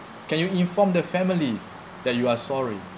can you inform the families that you are sorry